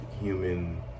human